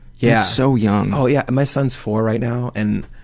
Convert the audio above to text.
yeah so young. oh yeah, my son is four right now, and